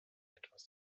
etwas